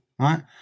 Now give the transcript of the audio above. right